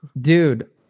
dude